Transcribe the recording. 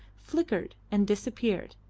flickered and disappeared.